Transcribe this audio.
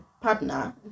partner